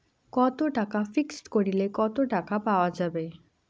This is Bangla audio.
কত টাকা ফিক্সড করিলে কত টাকা পাওয়া যাবে?